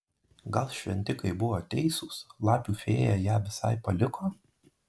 gal šventikai buvo teisūs lapių fėja ją visai paliko